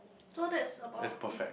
so that's about it